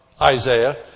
Isaiah